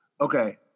Okay